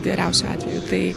geriausiu atveju tai